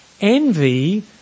Envy